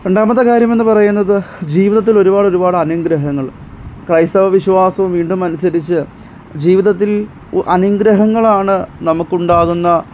രണ്ടാമത്തെ കാര്യമെന്ന് പറയുന്നത് ജീവിതത്തിൽ ഒരുപാടൊരുപാട് അനുഗ്രഹങ്ങൾ ക്രൈസ്തവ വിശ്വാസം വീണ്ടും അനുസരിച്ച് ജീവിതത്തിൽ അനുഗ്രഹങ്ങളിലാണ് നമുക്കുണ്ടാകുന്ന